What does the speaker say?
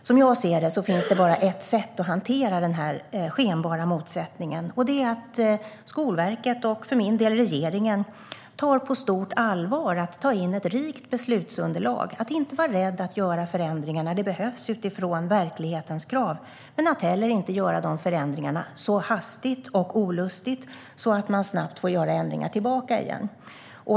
Som jag ser det finns det bara ett sätt att hantera denna skenbara motsättning, och det är att Skolverket och regeringen tar på stort allvar att ta in ett rikt beslutsunderlag. Vi får inte vara rädda att göra förändringar när det behövs utifrån verklighetens krav, men vi får inte göra dessa förändringar så hastigt och olustigt att vi snabbt får ändra tillbaka.